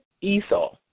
Esau